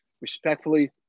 respectfully